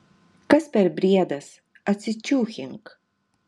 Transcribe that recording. kas per briedas atsičiūchink